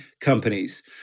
companies